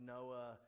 Noah